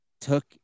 took